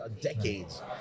decades